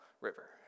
River